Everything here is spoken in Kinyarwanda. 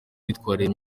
myitwarire